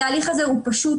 התהליך הזה הוא פשוט,